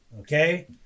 okay